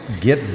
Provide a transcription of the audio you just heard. get